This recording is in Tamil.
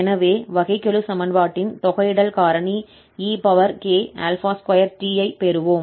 எனவே வகைக்கெழு சமன்பாட்டின் தொகையிடல் காரணி ek2tஐப் பெறுவோம்